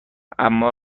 اما